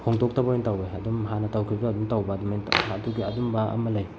ꯍꯣꯡꯇꯣꯛꯇꯕ ꯑꯣꯏꯅ ꯇꯧꯋꯦ ꯑꯗꯨꯝ ꯍꯥꯟꯅ ꯇꯧꯈꯤꯕꯗꯣ ꯑꯗꯨꯝ ꯇꯧꯕ ꯑꯗꯨꯃꯥꯏꯅ ꯑꯗꯨꯒ ꯑꯗꯨꯝꯕ ꯑꯃ ꯂꯩ